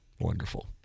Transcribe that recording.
Wonderful